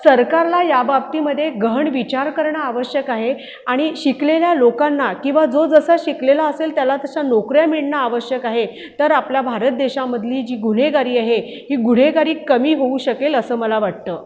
सरकारला या बाबतीमध्ये गहण विचार करणं आवश्यक आहे आणि शिकलेल्या लोकांना किंवा जो जसा शिकलेला असेल त्याला तशा नोकऱ्या मिळणं आवश्यक आहे तर आपल्या भारत देशामधली जी गुन्हेगारी आहे ही गुन्हेगारी कमी होऊ शकेल असं मला वाटतं